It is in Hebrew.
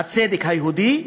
הצדק היהודי,